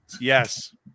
Yes